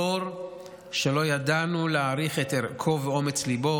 דור שלא ידענו להעריך את ערכו ואומץ ליבו